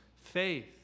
Faith